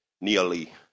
nearly